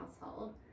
household